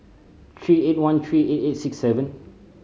three eight one three eight eight six seven